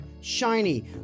shiny